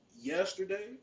yesterday